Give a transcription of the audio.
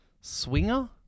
Swinger